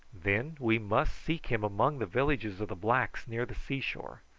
then we must seek him among the villages of the blacks near the sea-shore.